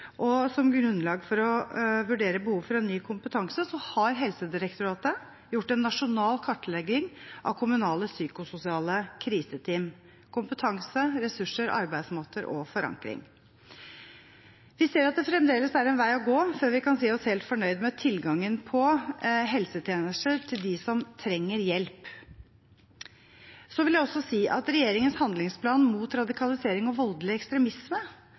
kompetanse har Helsedirektoratet gjort en nasjonal kartlegging av kommunale psykososiale kriseteam – kompetanse, ressurser, arbeidsmåter og forankring. Vi ser at det fremdeles er en vei å gå før vi kan si oss helt fornøyd med tilgangen på helsetjenester til dem som trenger hjelp. Så vil jeg også si at regjeringens handlingsplan mot radikalisering og voldelig ekstremisme